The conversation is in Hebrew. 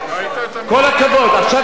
עכשיו, זו דוגמה קלאסית,